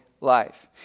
life